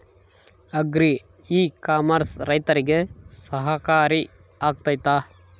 Agri e commerce ರೈತರಿಗೆ ಸಹಕಾರಿ ಆಗ್ತೈತಾ?